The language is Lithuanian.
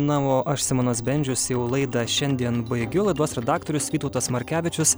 na o aš simonas bendžius jau laidą šiandien baigiu laidos redaktorius vytautas markevičius